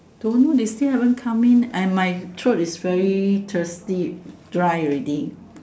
don't know they still haven come in and my throat is very thirsty dry already